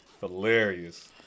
Hilarious